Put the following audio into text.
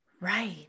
Right